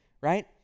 right